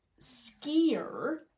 skier